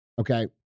Okay